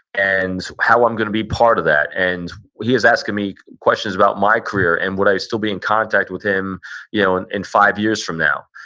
and how i'm going to be part of that. and he is asking me questions about my career and would i still be in contact with him you know and in five years from now.